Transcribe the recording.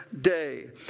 day